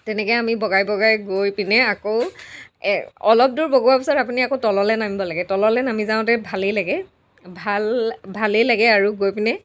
তেনেকৈ আমি বগাই বগাই গৈ পিনে আকৌ এ অলপ দূৰ বগোৱাৰ পিছত আপুনি আকৌ তললৈ নামিব লাগে তললৈ নামি যাওঁতে ভালেই লাগে ভাল ভালেই লাগে আৰু গৈ পিনে